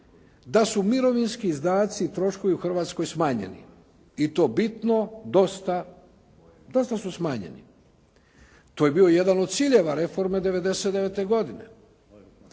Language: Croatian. da su mirovinski izdaci i troškovi u Hrvatskoj smanjeni i to bitno, dosta. Dosta su smanjeni. To je bio jedan od ciljeva reforme 99. godine.